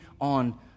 on